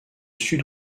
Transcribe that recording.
sud